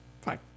Fine